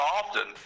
often